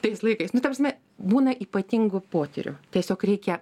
tais laikais nu ta prasme būna ypatingų potyrių tiesiog reikia